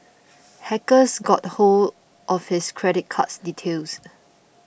hackers got hold of his credit card details